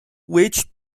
which